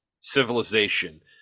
civilization